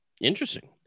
interesting